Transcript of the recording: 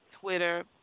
Twitter